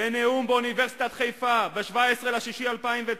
בנאום באוניברסיטת חיפה ב-17 ביוני